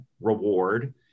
reward